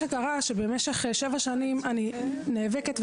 במשך שבע שנים אני נאבקת,